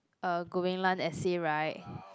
uh essay right